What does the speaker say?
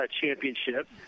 championship